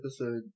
episode